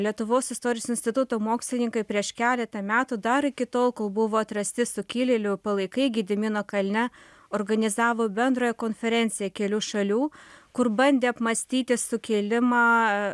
lietuvos istorijos instituto mokslininkai prieš keletą metų dar iki tol kol buvo atrasti sukilėlių palaikai gedimino kalne organizavo bendrąją konferenciją kelių šalių kur bandė apmąstyti sukėlimą